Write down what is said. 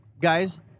guys